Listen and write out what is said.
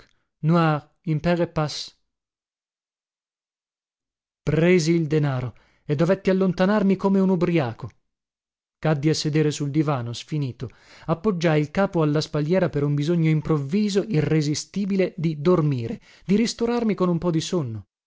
et passe presi il denaro e dovetti allontanarmi come un ubriaco caddi a sedere sul divano sfinito appoggiai il capo alla spalliera per un bisogno improvviso irresistibile di dormire di ristorarmi con un po di sonno